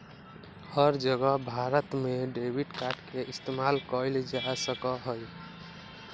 हर जगह भारत में debit card के इस्तेमाल कइल जा सका हई